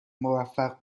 موفق